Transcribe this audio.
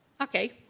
okay